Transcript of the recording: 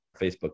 Facebook